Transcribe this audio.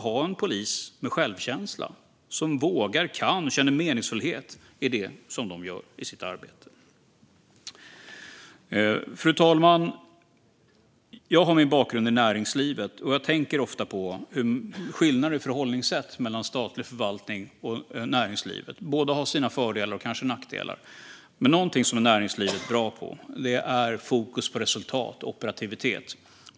Polisen måste ha självkänsla och våga, kunna och känna meningsfullhet i det som de gör i sitt arbete. Fru talman! Jag har min bakgrund i näringslivet, och jag tänker ofta på skillnaden i förhållningssätt mellan statlig förvaltning och näringsliv. Båda har sina fördelar och kanske nackdelar, men någonting som näringslivet är bra på är fokus på resultat och operativitet.